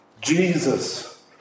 Jesus